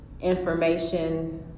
information